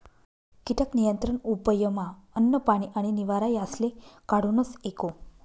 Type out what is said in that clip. कीटक नियंत्रण उपयमा अन्न, पानी आणि निवारा यासले काढूनस एको